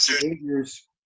behaviors